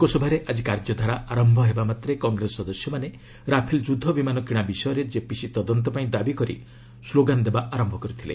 ଲୋକସଭାରେ ଆଜି କାର୍ଯ୍ୟଧାରା ଆରମ୍ଭ ହେବା ମାତ୍ରେ କଂଗ୍ରେସ ସଦସ୍ୟମାନେ ରାଫେଲ ଯୁଦ୍ଧ ବିମାନ କିଣା ବିଷୟର ଜେପିସି ତଦନ୍ତ ପାଇଁ ଦାବି ପରି ସ୍ଲୋଗାନ୍ ଦେବା ଆରମ୍ଭ କରିଥିଲେ